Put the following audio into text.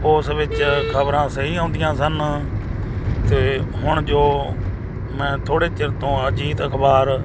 ਉਸ ਵਿੱਚ ਖ਼ਬਰਾਂ ਸਹੀ ਆਉਂਦੀਆਂ ਸਨ ਅਤੇ ਹੁਣ ਜੋ ਮੈਂ ਥੋੜ੍ਹੇ ਚਿਰ ਤੋਂ ਅਜੀਤ ਅਖ਼ਬਾਰ